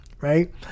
right